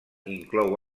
inclou